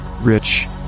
rich